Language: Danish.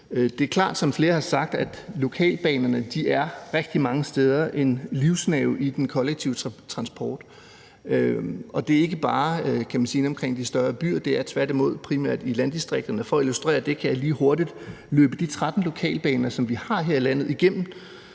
Det er klart, som flere har sagt, at lokalbanerne rigtig mange steder er en livsnerve i den kollektive transport. Det er jo ikke bare inde omkring de større byer. Det er tværtimod primært i landdistrikterne, og for at illustrere det kan jeg lige hurtigt løbe de 13 lokalbaner, som vi har her i landet, igennem: